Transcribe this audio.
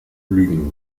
lügen